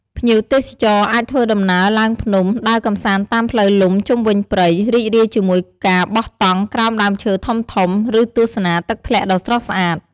ភ្ញៀវទេសចរណ៍អាចធ្វើដំណើរឡើងភ្នំ ដើរកម្សាន្តតាមផ្លូវលំជុំវិញព្រៃ រីករាយជាមួយការបោះតង់ក្រោមដើមឈើធំៗ ឬទស្សនាទឹកធ្លាក់ដ៏ស្រស់ស្អាត។